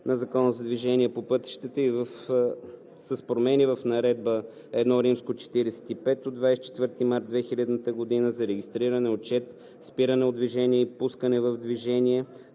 на Закона за движение по пътищата и с промени в Наредба № I-45 от 24 март 2000 г. за регистриране, отчет, спиране от движение и пускане в движение,